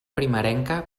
primerenca